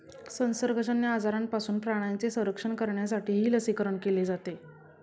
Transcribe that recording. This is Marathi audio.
संसर्गजन्य आजारांपासून प्राण्यांचे संरक्षण करण्यासाठीही लसीकरण केले जाते